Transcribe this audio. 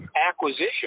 acquisition